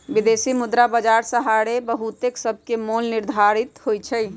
विदेशी मुद्रा बाजार सहारे बहुते मुद्रासभके मोल निर्धारित होतइ छइ